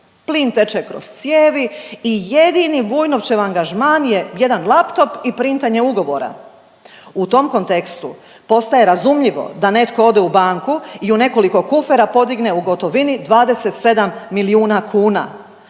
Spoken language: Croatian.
Plin teče kroz cijevi i jedini Vujnovčev angažman je jedan laptop i printanje ugovora. U tom kontekstu postaje razumljivo da netko ode u banku i u nekoliko kufera podigne u gotovini 27 milijuna kuna,